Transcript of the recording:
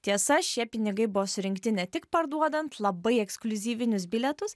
tiesa šie pinigai buvo surinkti ne tik parduodant labai ekskliuzyvinius bilietus